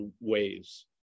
ways